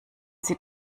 sie